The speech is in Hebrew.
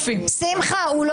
1,225 מי בעד?